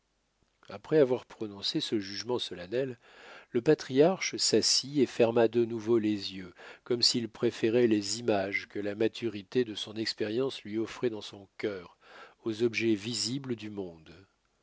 après avoir prononcé ce jugement solennel le patriarche s'assit et ferma de nouveau les yeux comme s'il préférait les images que la maturité de son expérience lui offrait dans son cœur aux objets visibles du monde